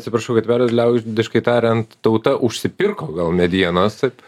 atsiprašau kad pertraukiu liaudiškai tariant tauta užsipirko gal medienos taip